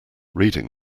reading